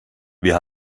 wir